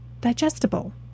digestible